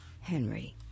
Henry